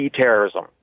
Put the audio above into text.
terrorism